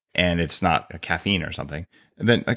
and it's not caffeine or something then,